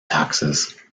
taxes